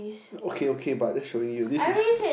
okay okay but just showing you this is